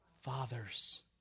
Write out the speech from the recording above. fathers